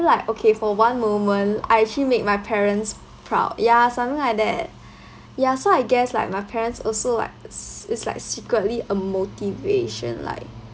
like okay for one moment I actually made my parents proud ya something like that ya so I guess like my parents also like s~ it's like secretly a motivation like